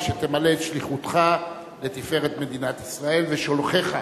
ושתמלא את שליחותך לתפארת מדינת ישראל ושולחיך.